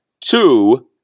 two